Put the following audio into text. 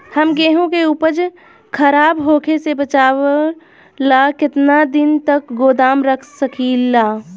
हम गेहूं के उपज खराब होखे से बचाव ला केतना दिन तक गोदाम रख सकी ला?